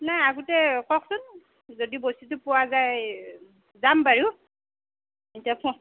নাই আগতে কওকচোন যদি বস্তুটো পোৱা যায় যাম বাৰু এতিয়া ফোন